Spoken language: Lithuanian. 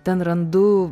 ten randu